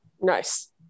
nice